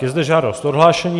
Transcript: Je zde žádost o odhlášení.